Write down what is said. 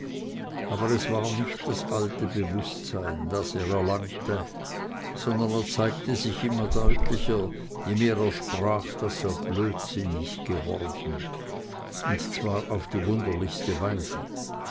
aber es war nicht das alte bewußtsein das er jetzt erlangte sondern es zeigte sich immer deutlicher je mehr er sprach daß er blödsinnig geworden und zwar auf die wunderlichste weise